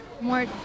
More